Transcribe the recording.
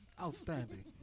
outstanding